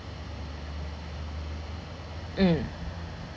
mm